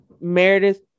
Meredith